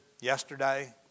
yesterday